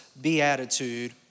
beatitude